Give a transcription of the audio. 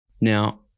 now